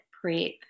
prep